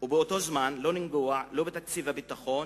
ובאותו זמן לא לנגוע בתקציב הביטחון,